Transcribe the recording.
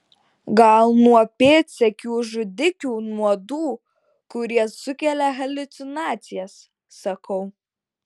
gal nuo pėdsekių žudikių nuodų kurie sukelia haliucinacijas sakau